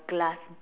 glass